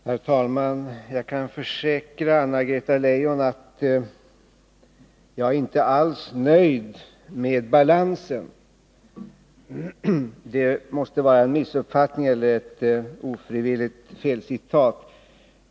Herr talman! Jag kan försäkra Anna-Greta Leijon att jag inte alls är nöjd med den regionala balansen — det måste vara fråga om en missuppfattning eller ett ofrivilligt felcitat.